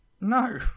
No